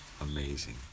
amazing